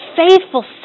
faithful